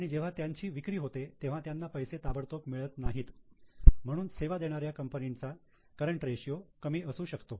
आणि जेव्हा त्यांची विक्री होते तेव्हा त्यांना पैसे ताबडतोब मिळत नाहीत म्हणून सेवा देणाऱ्या कंपनीचा करंट रेशियो कमी असू शकतो